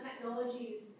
technologies